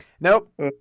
Nope